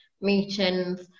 meetings